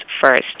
first